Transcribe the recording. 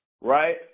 right